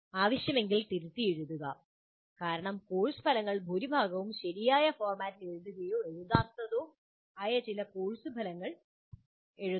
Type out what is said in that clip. ആവശ്യമെങ്കിൽ തിരുത്തിയെഴുതുക കാരണം കോഴ്സ് ഫലങ്ങളിൽ ഭൂരിഭാഗവും ശരിയായ ഫോർമാറ്റിൽ എഴുതുകയോ എഴുതാത്തതോ ആയ ചില കോഴ്സ് ഫലങ്ങൾ എഴുതുന്നു